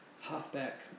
halfback